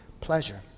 pleasure